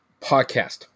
podcast